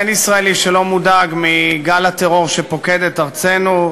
אין ישראלי שלא מודאג מגל הטרור שפוקד את ארצנו,